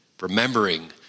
Remembering